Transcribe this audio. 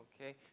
Okay